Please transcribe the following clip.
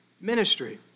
ministry